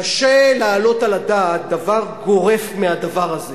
קשה להעלות על הדעת דבר גורף מהדבר הזה.